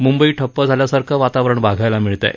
मुंबई ठप्प झाल्यासारखं वातावरण बघायला मिळत आहे